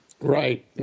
Right